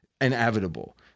inevitable